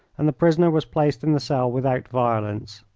and the prisoner was placed in the cell without violence.